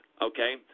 Okay